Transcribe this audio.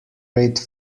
rate